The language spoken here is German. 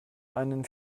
einen